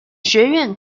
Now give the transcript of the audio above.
学院